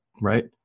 right